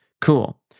Cool